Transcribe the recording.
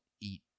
eat